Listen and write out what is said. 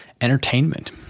entertainment